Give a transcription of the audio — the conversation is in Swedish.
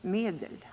medel.